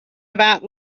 about